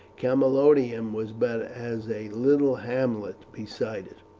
camalodunum was but as a little hamlet beside it.